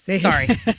Sorry